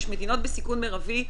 יש מדינות בסיכון מרבי,